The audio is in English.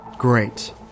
Great